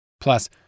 Plus